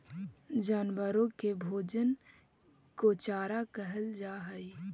जानवरों के भोजन को चारा कहल जा हई